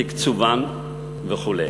תקצובן וכו'.